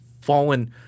fallen